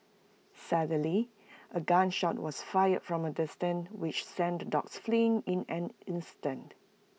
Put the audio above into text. suddenly A gun shot was fired from A distance which sent the dogs fleeing in an instant